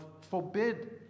forbid